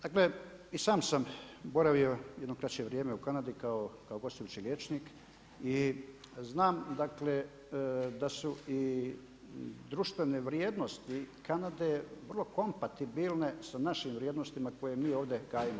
Dakle i sam sam boravio jedno kraće vrijeme u Kanadi kao gostujući liječnik i znam, dakle da su i društvene vrijednosti vrlo kompatibilne sa našim vrijednostima koje mi ovdje gajimo.